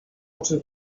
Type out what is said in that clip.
oczy